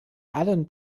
allen